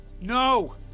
no